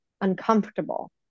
uncomfortable